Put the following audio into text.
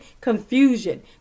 confusion